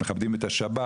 מכבדים את השבת,